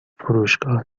فروشگاه